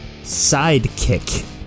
sidekick